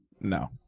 No